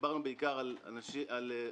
דיברנו בעיקר על סטודנטים.